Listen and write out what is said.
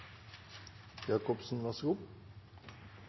stortingssalen. Vær så god,